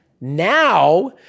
Now